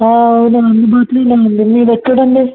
అవును అందుబాటులో ఉందండి మీరు ఎక్కడండి